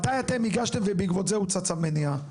מתי אתם הגשתם ובעקבות זה הוצא צו מניעה?